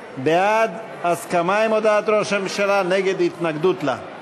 בעד, הסכמה עם הודעת ראש הממשלה, נגד, התנגדות לה.